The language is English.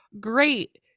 great